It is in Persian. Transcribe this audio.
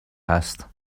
هست